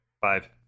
Five